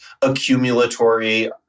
accumulatory